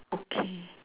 okay